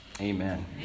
Amen